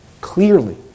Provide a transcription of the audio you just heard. clearly